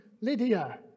Lydia